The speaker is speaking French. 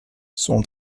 son